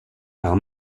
par